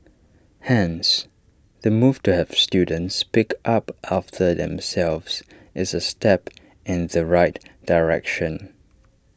hence the move to have students pick up after themselves is A step in the right direction